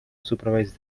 supervise